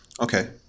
Okay